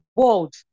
world